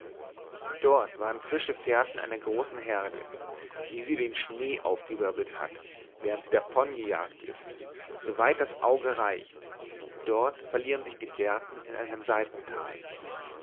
dort waren frische fährten einer großen herde wie sie den schnee aufgewirbelt hat während sie davongejagt ist soweit das auge reicht dort verlieren sich die fährten in einem seitental